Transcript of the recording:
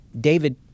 David